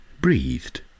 breathed